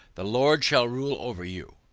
the lord shall rule over you.